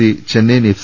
C Chennaiyin F